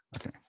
okay